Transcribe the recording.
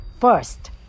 first